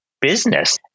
business